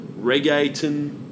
reggaeton